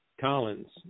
Collins